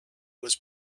was